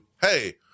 Hey